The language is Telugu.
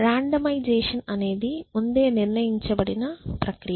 రాండమైజేషన్ అనేది ముందే నిర్ణయించిన ప్రక్రియ